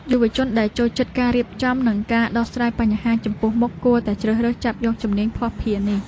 យុវជនដែលចូលចិត្តការរៀបចំ និងការដោះស្រាយបញ្ហាចំពោះមុខគួរតែជ្រើសរើសចាប់យកជំនាញភស្តុភារនេះ។